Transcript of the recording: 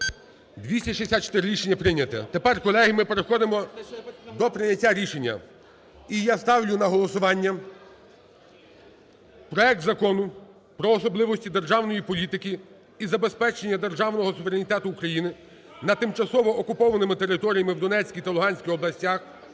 За-264 Рішення прийнято. Тепер, колеги, ми переходимо до прийняття рішення. І я ставлю на голосування проект Закону про особливості державної політики і забезпечення державного суверенітету України над тимчасово окупованими територіями в Донецькій та Луганській областях